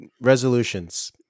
resolutions